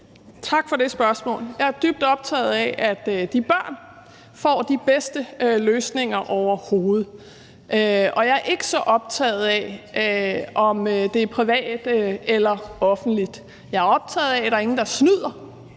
Tak for det spørgsmål. Jeg er dybt optaget af, at de børn får de bedste løsninger overhovedet, og jeg er ikke så optaget af, om det er privat eller offentligt. Jeg er optaget af, at der er ingen, der snyder